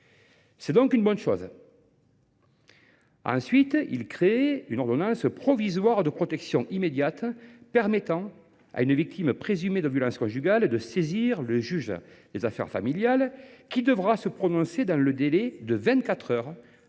trop court. D’autre part, il crée une ordonnance provisoire de protection immédiate permettant à une victime présumée de violences conjugales de saisir le juge aux affaires familiales, lequel devra se prononcer dans un délai de vingt